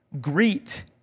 greet